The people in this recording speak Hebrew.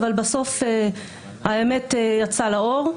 אבל בסוף האמת יצאה לאור.